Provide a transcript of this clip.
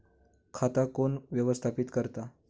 खाता कोण व्यवस्थापित करता?